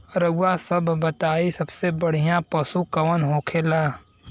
रउआ सभ बताई सबसे बढ़ियां पशु कवन होखेला?